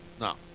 No